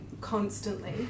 constantly